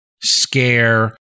scare